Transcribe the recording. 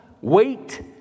wait